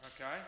Okay